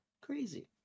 Crazy